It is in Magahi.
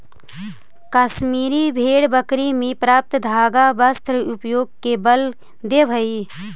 कश्मीरी भेड़ बकरी से प्राप्त धागा वस्त्र उद्योग के बल देवऽ हइ